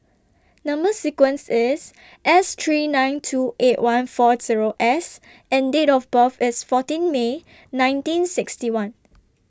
Number sequence IS S three nine two eight one four Zero S and Date of birth IS fourteen May nineteen sixty one